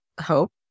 hope